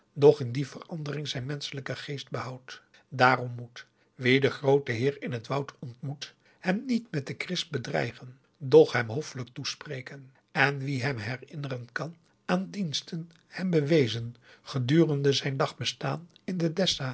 in die verandering zijn menschelijken geest behoudt daarom moet wie den grooten heer in het woud ontmoet hem niet met de kris bedreigen doch hem hoffelijk toespreken en wie hem herinneren kan aan diensten hem bewezen gedurende zijn dag bestaan in de